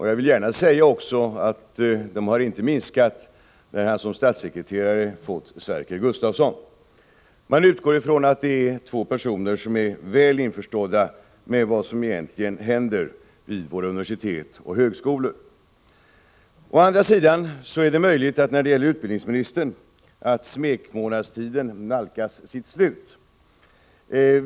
Jag vill gärna säga att de inte har minskat när han som statssekreterare fått Sverker Gustavsson. Man utgår från att detta är två personer som är väl införstådda med vad som egentligen händer vid våra universitet och högskolor. Å andra sidan är det möjligt att smekmånadstiden nalkas sitt slut när det gäller utbildningsministern.